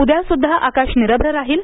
उद्या सुद्धा आकाश निरभ्र राहील